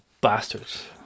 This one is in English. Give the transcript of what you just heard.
Bastards